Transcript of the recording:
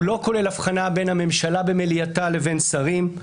הוא לא כולל הבחנה בין הממשלה במליאתה לבין שרים,